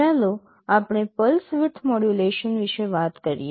ચાલો આપણે pulse width modulation વિશે વાત કરીએ